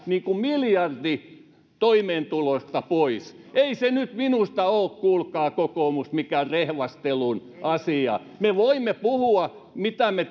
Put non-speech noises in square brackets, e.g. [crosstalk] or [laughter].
miljardin toimeentulosta pois ei se nyt minusta ole kuulkaa kokoomus mikään rehvastelun asia me voimme puhua mitä me [unintelligible]